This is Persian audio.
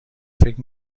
فکر